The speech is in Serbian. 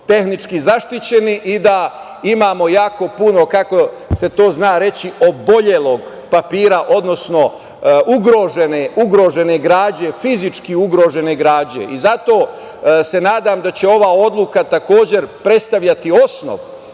tehnički zaštićeni i da imamo jako puno, kako se to zna reći, obolelog papira, odnosno ugrožene građe, fizički ugrožene građe. Zato se nadam da će ova odluka, takođe, predstavljati